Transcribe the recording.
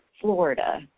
Florida